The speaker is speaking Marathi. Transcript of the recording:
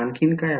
आणखी काय आहे